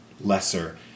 lesser